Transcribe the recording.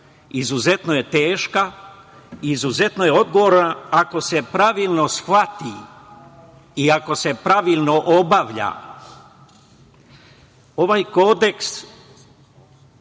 izuzetno je teška i izuzetno je odgovorna ako se pravilno shvati i ako se pravilno obavlja. Ovaj kodeks